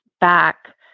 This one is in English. back